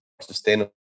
sustainable